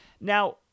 Now